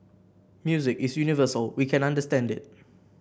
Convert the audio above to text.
music is universal we can understand it